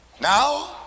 now